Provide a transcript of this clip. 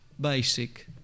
basic